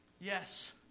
Yes